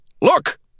Look